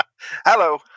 Hello